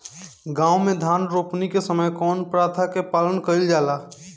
गाँव मे धान रोपनी के समय कउन प्रथा के पालन कइल जाला?